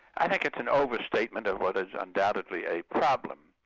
i think it's an over-statement of what is undoubtedly a problem.